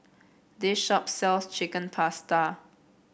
this shop sells Chicken Pasta